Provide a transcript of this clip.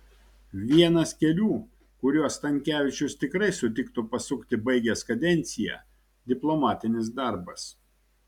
vienas kelių kuriuo stankevičius tikrai sutiktų pasukti baigęs kadenciją diplomatinis darbas